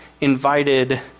invited